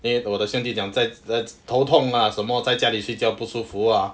then 我的兄弟讲在头痛啦什么在家里睡觉不舒服啊